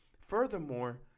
Furthermore